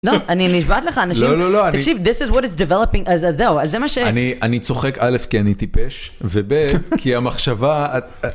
לא, אני נשבעת לך, אנשים, לא לא לא. תקשיב, this is what is developing, זהו, זה מה ש... אני צוחק א', כי אני טיפש, וב', כי המחשבה...